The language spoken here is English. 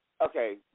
okay